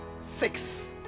six